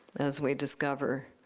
as we discover